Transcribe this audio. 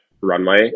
runway